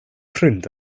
ffrind